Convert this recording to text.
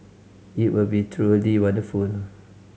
it will be truly wonderful